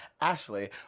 Ashley